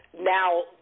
now